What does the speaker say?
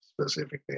specifically